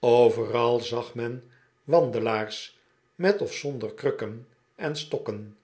overal zag men wandelaars met of zonder krukken en stokken